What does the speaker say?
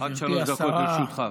עד שלוש דקות לרשותך,